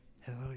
Hello